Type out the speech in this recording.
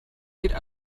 could